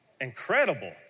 incredible